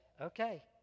okay